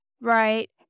Right